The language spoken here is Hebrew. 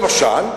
למשל,